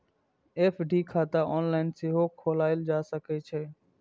FD खाता online सेहो खोलाएल जा सकै छै